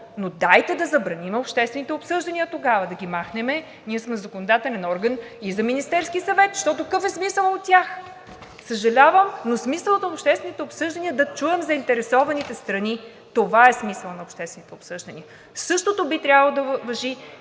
Но дайте да забраним обществените обсъждания тогава, да ги махнем. Ние сме законодателен орган и за Министерския съвет, защото какъв е смисълът от тях? Съжалявам, но смисълът на обществените обсъждания е да чуем заинтересованите страни. Това е смисълът на обществените обсъждания. Същото би трябвало да важи